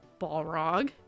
Balrog